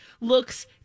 looks